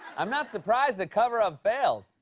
i'm not surprised the cover-up failed.